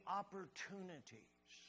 opportunities